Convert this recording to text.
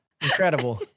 incredible